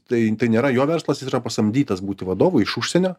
tai tai nėra jo verslas jis yra pasamdytas būti vadovu iš užsienio